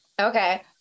Okay